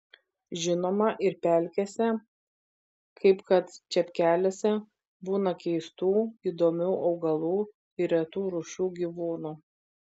žinoma ir pelkėse kaip kad čepkeliuose būna keistų įdomių augalų ir retų rūšių gyvūnų